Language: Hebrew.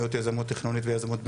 מיעוט יזמות תכנונית ויזמות בנייה,